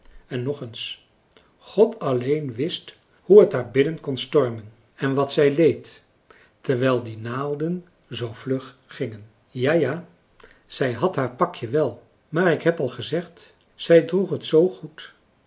en nog eens god alleen wist hoe het daarbinnen kon stormen en wat zij leed terwijl die naalden zoo vlug gingen ja ja zij had haar pakje wel maar ik heb al gezegd zij droeg het zoo goed